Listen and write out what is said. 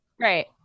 right